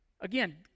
Again